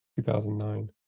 2009